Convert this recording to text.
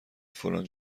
فلان